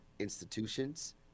institutions